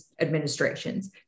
administrations